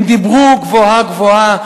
הם דיברו גבוהה-גבוהה.